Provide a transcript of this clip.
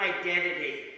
identity